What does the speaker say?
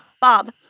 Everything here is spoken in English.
Bob